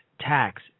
tax